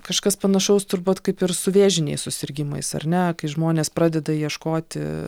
kažkas panašaus turbūt kaip ir su vėžiniais susirgimais ar ne kai žmonės pradeda ieškoti